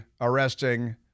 arresting